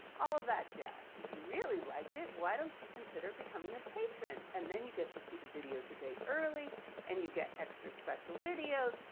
all that jazz. if you really liked it, why don't you consider becoming a patreon? and then you get to see the videos a day early and you get extra special videos.